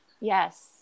Yes